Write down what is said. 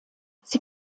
sie